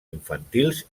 infantils